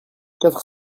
quatre